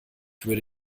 würde